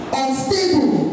unstable